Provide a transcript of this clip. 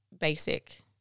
basic